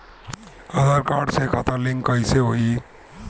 आधार card से खाता link कईसे होई?